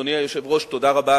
אדוני היושב-ראש, תודה רבה.